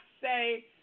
say –